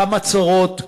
כמה צרות,